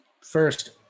First